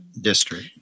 district